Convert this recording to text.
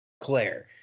Claire